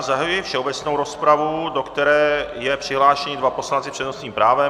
Zahajuji všeobecnou rozpravu, do které jsou přihlášeni dva poslanci s přednostním právem.